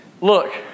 Look